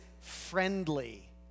friendly